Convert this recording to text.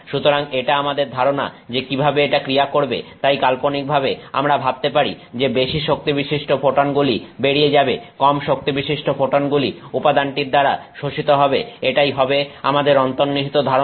সুতরাং এটা আমাদের ধারণা যে কিভাবে এটা ক্রিয়া করবে তাই কাল্পনিকভাবে আমরা ভাবতে পারি যে বেশি শক্তিবিশিষ্ট ফোটনগুলি বেরিয়ে যাবে কম শক্তিবিশিষ্ট ফোটনগুলি উপাদানটি দ্বারা শোষিত হবে এটাই হবে আমাদের অন্তর্নিহিত ধারণা